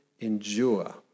endure